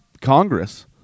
Congress